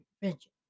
Prevention